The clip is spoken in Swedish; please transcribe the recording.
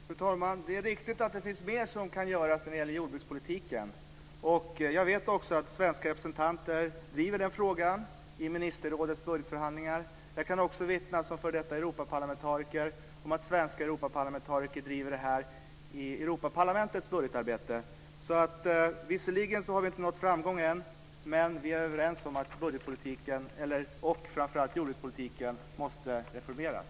Fru talman! Det är riktigt att det finns mer som kan göras när det gäller jordbrukspolitiken. Jag vet också att svenska representanter driver den frågan i ministerrådets budgetförhandlingar. Som f.d. Europaparlamentariker kan jag också vittna om att de svenska europaparlamentarikerna driver detta i Europaparlamentets budgetarbete. Visserligen har vi ännu inte nått framgång, men vi är överens om att budgetpolitiken och framför allt jordbrukspolitiken måste reformeras.